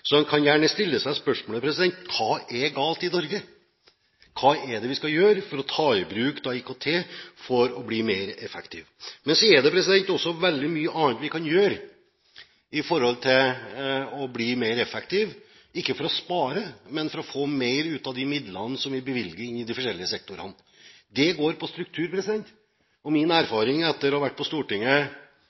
Så en kan gjerne stille seg spørsmålet: Hva er galt i Norge? Hva er det vi skal gjøre for å ta i bruk IKT for å bli mer effektive? Men så er det også veldig mye annet vi kan gjøre for å bli mer effektive, ikke for å spare, men for å få mer ut av de midlene som vi bevilger inn i de forskjellige sektorene. Det går på struktur, og min erfaring, etter å ha vært på Stortinget